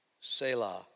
Selah